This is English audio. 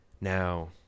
Now